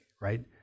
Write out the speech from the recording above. right